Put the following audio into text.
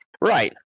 right